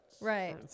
right